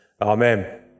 Amen